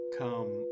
come